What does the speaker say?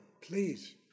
please